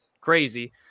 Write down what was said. crazy